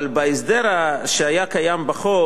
אבל בהסדר שהיה קיים בחוק,